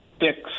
six